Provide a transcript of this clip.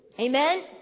Amen